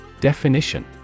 Definition